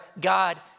God